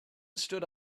stood